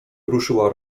ruszyła